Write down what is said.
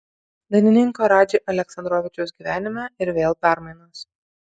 dainininko radži aleksandrovičiaus gyvenime ir vėl permainos